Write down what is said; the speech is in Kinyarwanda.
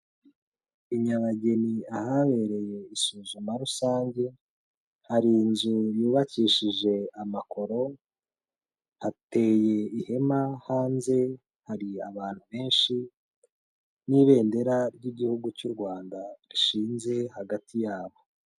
I Nyabageni ahabereye isuzuma rusange, hari inzu yubakishije amakoro, hateye ihema hanze, hari abantu benshi n'ibendera ry'igihugu cy'u Rwanda rishinze hagati yabo.